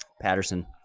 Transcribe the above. Patterson